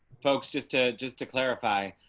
folks, just to just to clarify,